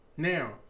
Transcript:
Now